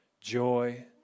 joy